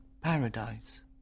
paradise